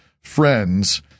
friends